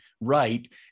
right